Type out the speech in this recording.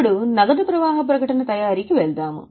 ఇప్పుడు నగదు ప్రవాహ ప్రకటన తయారీకి వెళ్దాము